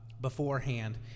beforehand